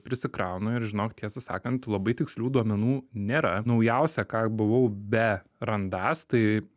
prisikrauna ir žinok tiesą sakant labai tikslių duomenų nėra naujausia ką buvau berandąs tai